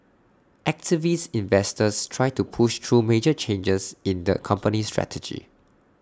activist investors try to push through major changes in the company strategy